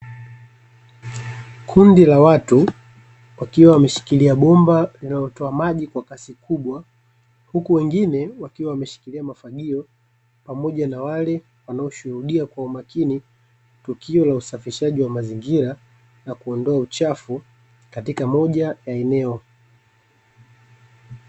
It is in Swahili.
Kundi la watu wakiwa wameshikilia bomba linalotoa maji kwa kasi kubwa, huku wengine wakiwa wameshikilia mafagio pamoja na wale wanaoshuhudia kwa umakini tukio la usafishaji wa mazingira na kuondoa uchafu katika moja ya eneo.